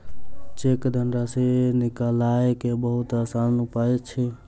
cheque धनराशि निकालय के बहुत आसान उपाय अछि